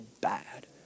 bad